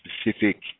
specific